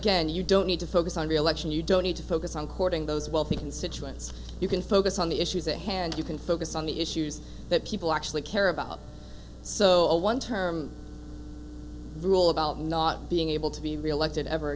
again you don't need to focus on reelection you don't need to focus on courting those wealthy constituents you can focus on the issues at hand you can focus on the issues that people actually care about so one term rule about not being able to be reelected ever